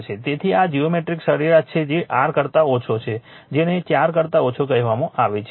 તેથી આ જીઓમેટ્રિક સરેરાશ છે તે r કરતા ઓછો છે જેને 4 કરતા ઓછો કહેવામાં આવે છે